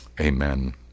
amen